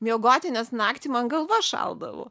miegoti nes naktį man galva šaldavo